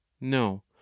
no